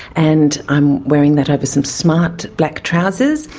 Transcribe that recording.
and i'm wearing that over some smart black trousers,